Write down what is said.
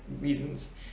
reasons